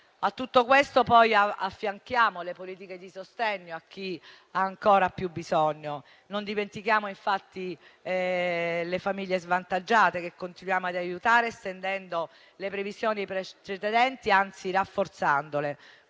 A tutto questo, poi, affianchiamo le politiche di sostegno a chi ha ancora più bisogno. Non dimentichiamo infatti le famiglie svantaggiate, che continuiamo ad aiutare, estendendo le previsioni precedenti e, anzi, rafforzandole